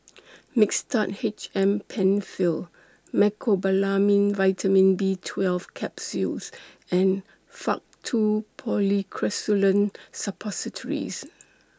Mixtard H M PenFill Mecobalamin Vitamin B twelve Capsules and Faktu Policresulen Suppositories